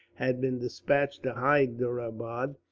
had been despatched to hyderabad,